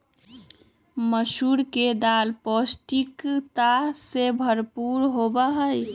मसूर के दाल पौष्टिकता से भरपूर होबा हई